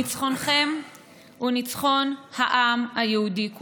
ניצחונכם הוא ניצחון העם היהודי כולו,